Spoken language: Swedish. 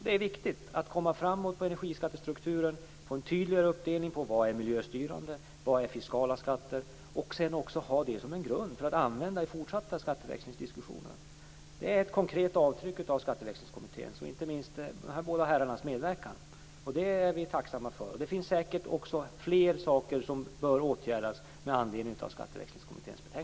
Det är viktigt att komma framåt med energiskattestrukturen, få en tydligare uppdelning av vad som är miljöstyrande och vad som är fiskala skatter. Sedan kan man använda det som grund i fortsatta skatteväxlingsdiskussioner. Det är ett konkret avtryck av Skatteväxlingskommitténs och inte minst de här båda herrarnas medverkan. Det är vi tacksamma för. Det finns säkert fler saker som bör åtgärdas med anledning av Skatteväxlingskommitténs betänkande.